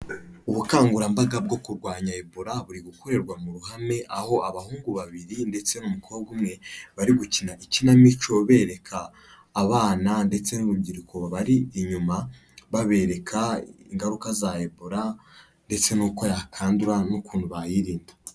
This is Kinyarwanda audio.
Ubukangurambaga bwo kurwanya Ebola buri gukorerwa mu ruhame, aho abahungu babiri ndetse n'umukobwa umwe bari gukina ikinamico bereka abana ndetse n'urubyiruko bari inyuma, babereka ingaruka za Ebola ndetse n'uko yakandudura n'ukuntu bayirinda.